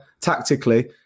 tactically